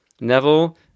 neville